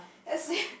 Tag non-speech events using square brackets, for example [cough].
as in [laughs]